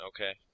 Okay